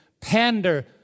pander